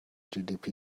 gdp